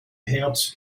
herds